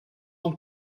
ans